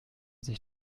sich